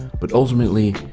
but ultimately,